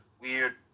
weird